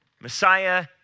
Messiah